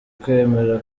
kwemera